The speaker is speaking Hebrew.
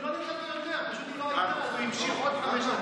לא לתת לו יותר, פשוט, אתם עושים לעצמכם.